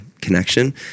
connection